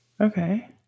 Okay